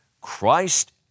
Christ